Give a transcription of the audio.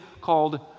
called